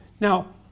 Now